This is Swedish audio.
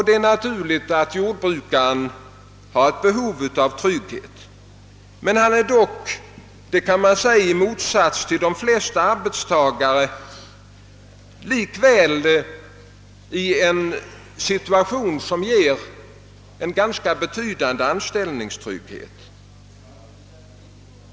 Det är naturligt att jordbrukaren har ett behov av trygghet, men han äger likväl, i motsats till de flesta arbetstagare, en ganska betydande anställningstrygghet.